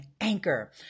Anchor